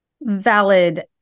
valid